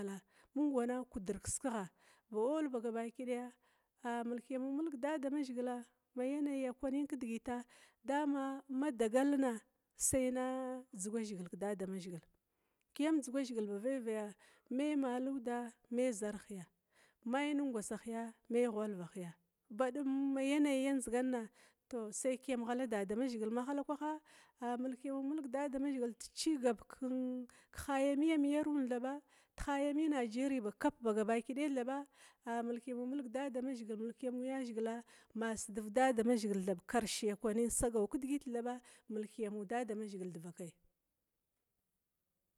Mung wana kudur kiskigha, tou ba all ba gabadaya a mulkuru mulg dadamzhigil ba duma ma yanayi kwanin kidigita. dama ma kidagalna sai na dzuga zhigil na dzuga zhigil ba veve, me maludiya, me zarhiya me ghwalvahya. kuma ma yanayi ndzigan na sai kiyam ghala da mazhigil tihalakwaha a mulkiyamu mulg damazhigil decigab keghaya miama yaru thaba tehaya miamam nigeria thaba ba kap ba gabaki daya thaba, a mulkiya mulg yazhigila sidiv dadamazhigil karshe kwanin kedigit thaba mulkiya damazhigil devakaya